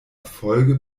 erfolge